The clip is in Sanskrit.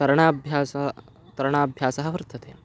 तरणाभ्यासः तरणाभ्यासः वर्तते